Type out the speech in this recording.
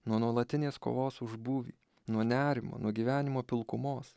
nuo nuolatinės kovos už būvį nuo nerimo nuo gyvenimo pilkumos